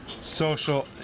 social